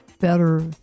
better